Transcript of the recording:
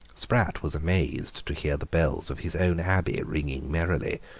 sprat was amazed to hear the bells of his own abbey ringing merrily.